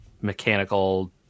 mechanical